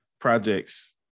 projects